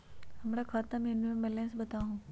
हमरा खाता में मिनिमम बैलेंस बताहु?